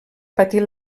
patir